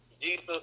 Jesus